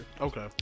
Okay